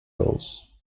rules